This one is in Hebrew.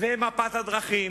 ומפת הדרכים.